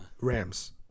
Rams